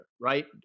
Right